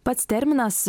pats terminas